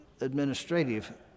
Administrative